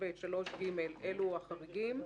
3ב ו-3ג אלה הם החריגים,